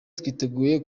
twiteguye